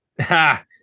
Ha